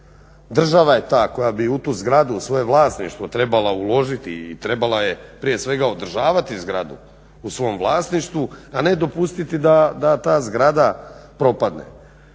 država je ta koja bi u tu zgradu u svoje vlasništvo trebala uložiti i trebala je prije svega održavati zgradu u svom vlasništvu, a ne dopustiti da ta zgrada propadne.